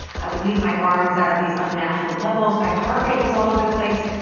i would leave my arms out at these unnatural levels, my heart rate was all over the place.